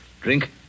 drink